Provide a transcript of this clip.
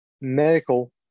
medical